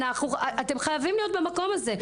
אתם חייבים להיות במקום הזה.